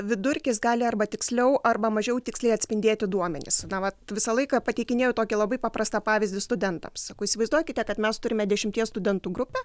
vidurkis gali arba tiksliau arba mažiau tiksliai atspindėti duomenis na vat visą laiką pateikinėju tokią labai paprastą pavyzdį studentams sakau įsivaizduokite kad mes turime dešimties studentų grupę